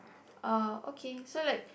uh okay so like